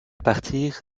partir